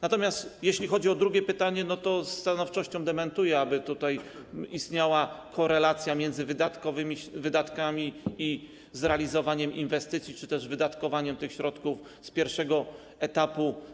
Natomiast jeśli chodzi o drugie pytanie, to ze stanowczością dementuję, aby istniała korelacja między wydatkami i zrealizowaniem inwestycji czy też wydatkowaniem środków z pierwszego etapu.